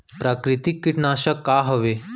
प्राकृतिक कीटनाशक का हवे?